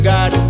God